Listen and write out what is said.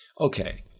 Okay